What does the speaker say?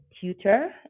tutor